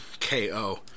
KO